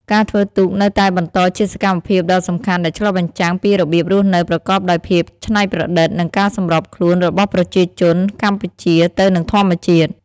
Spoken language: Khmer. ការធ្វើទូកនៅតែបន្តជាសកម្មភាពដ៏សំខាន់ដែលឆ្លុះបញ្ចាំងពីរបៀបរស់នៅប្រកបដោយភាពច្នៃប្រឌិតនិងការសម្របខ្លួនរបស់ប្រជាជនកម្ពុជាទៅនឹងធម្មជាតិ។